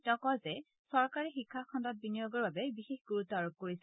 তেওঁ কয় যে চৰকাৰে শিক্ষা খণ্ডত বিনিয়োগৰ বাবে বিশেষ গুৰুত্ব আৰোপ কৰিছে